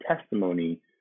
testimony